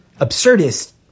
absurdist